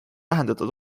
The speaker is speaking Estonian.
vähendada